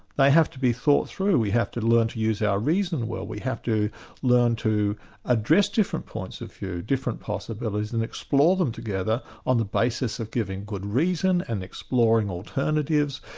they have to be thought through, we have to learn to use our reasoning well, we have to learn to address different points of view, different possibilities and explore them together on the basis of giving good reason, and exploring alternatives,